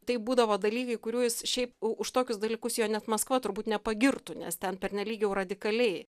tai būdavo dalykai kurių jis šiaip už tokius dalykus jo net maskva turbūt nepagirtų nes ten pernelyg jau radikaliai